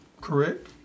correct